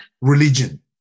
Religion